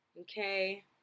okay